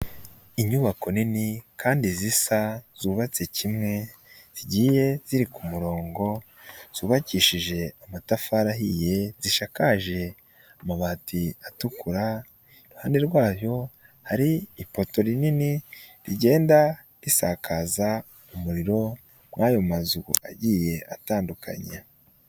Inyubako nini kandi zisa, zubatse kimwe, zigiye riri ku murongo, zubakishije amatafari ahiye, zishakaje amabati atukura, iruhande rwayo hari ipoto rinini rigenda risakaza umuriro muri ayo mazu agiye atandukanya.